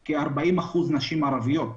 במקלטים כ-40% נשים ערביות,